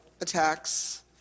attacks